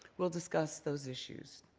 will discuss those issues.